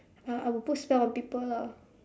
I I will put spell on people lah